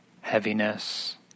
heaviness